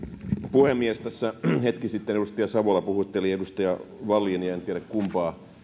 puhemies hetki sitten edustaja savola puhutteli edustaja wallinia en tiedä kumpaa